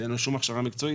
שאין לו שום הכשרה מקצועית,